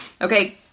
okay